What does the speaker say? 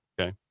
Okay